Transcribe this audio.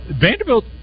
Vanderbilt